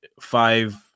five